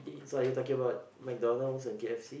so are you talking about McDonald's and K_F_C